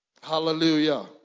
Hallelujah